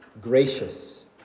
gracious